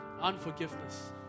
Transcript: unforgiveness